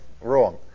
Wrong